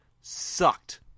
sucked